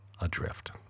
adrift